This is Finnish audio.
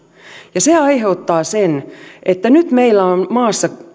ja se aiheuttaa sen että nyt meillä on maassa